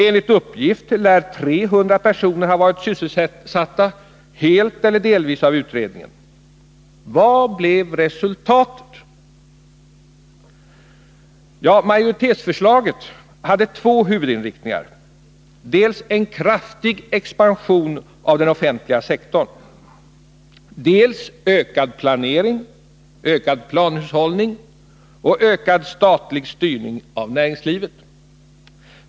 Enligt uppgift var 300 personer sysselsatta, helt eller delvis, av utredningen. Vad blev resultatet? Majoritetsförslaget hade två huvudinriktningar — dels en kraftig expansion av den offentliga sektorn, dels ökad planering, ökad planhushållning och ökad statlig styrning av näringslivet.